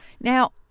now